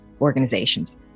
organizations